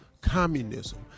communism